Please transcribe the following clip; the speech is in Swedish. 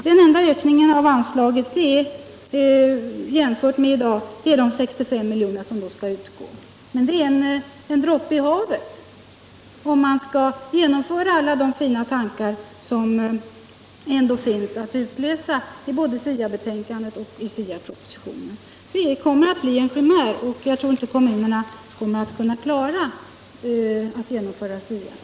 Den enda ökningen av anslaget jämfört med i dag är de 65 miljonerna, men det är en droppe i havet om man skall genomföra alla de fina tankar som ändå finns både i SIA-betänkandet och i SIA propositionen. Det hela kommer att bli en chimär, och jag tror inte att kommunerna kommer att klara att genomföra SIA-reformen.